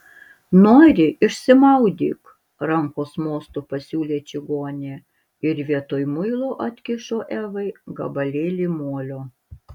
nori išsimaudyk rankos mostu pasiūlė čigonė ir vietoj muilo atkišo evai gabalėlį molio